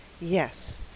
Yes